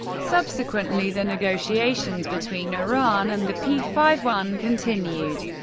subsequently the negotiations between iran and the p five one continued.